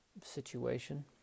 situation